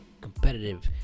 competitive